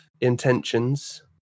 intentions